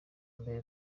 mbere